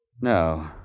No